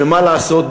שמה לעשות,